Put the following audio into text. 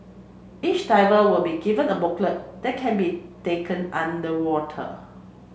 each diver will be given a booklet that can be taken underwater